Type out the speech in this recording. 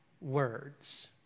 words